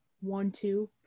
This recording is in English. one-two